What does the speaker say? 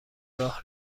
راه